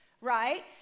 right